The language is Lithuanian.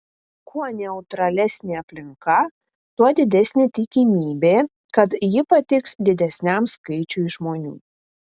kuo neutralesnė aplinka tuo didesnė tikimybė kad ji patiks didesniam skaičiui žmonių